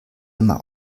immer